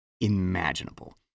imaginable